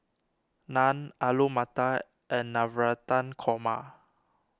Naan Alu Matar and Navratan Korma